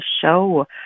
show